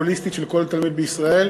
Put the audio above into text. הוליסטית, של כל תלמיד בישראל.